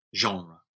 genre